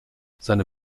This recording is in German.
seine